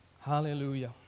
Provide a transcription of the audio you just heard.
Hallelujah